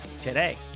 today